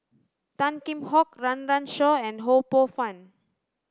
Tan Kheam Hock Run Run Shaw and Ho Poh Fun